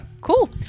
cool